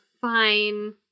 fine